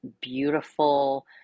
beautiful